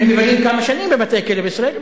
הם מבלים כמה שנים בבתי-כלא בישראל,